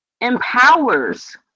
empowers